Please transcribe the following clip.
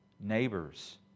neighbors